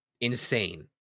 Insane